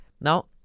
Now